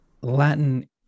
Latin